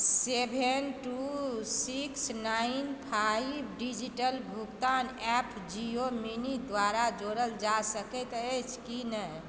सेवन two six nine five digital भुगतान app Jio money द्वारा जोड़ल जा सकैत अछि कि नहि